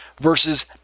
versus